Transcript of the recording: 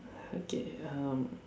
okay um